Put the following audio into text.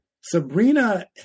Sabrina